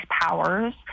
powers